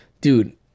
dude